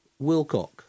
Wilcock